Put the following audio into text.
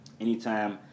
anytime